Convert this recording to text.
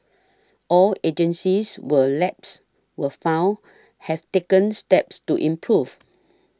all agencies where lapses were found have taken steps to improve